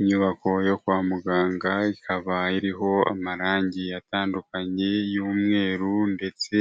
Inyubako yo kwa muganga, ikaba iriho amarangi atandukanye y'umweru ndetse